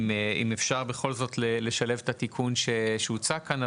אם אפשר בכל זאת לשלב את התיקון שהוצע כאן,